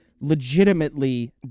legitimately